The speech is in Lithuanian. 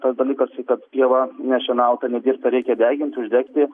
tas dalykas kad pievą nešienautą nedirbtą reikia degint uždegti